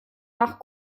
nach